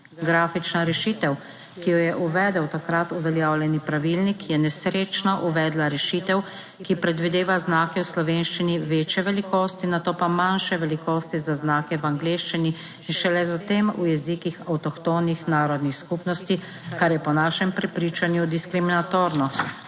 Grafična rešitev, ki jo je uvedel takrat uveljavljeni pravilnik, je nesrečno uvedla rešitev, ki predvideva znake v slovenščini večje velikosti, nato pa manjše velikosti za znake v angleščini in šele s tem v jezikih avtohtonih narodnih skupnosti, kar je po našem prepričanju diskriminatorno.